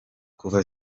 kuva